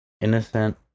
innocent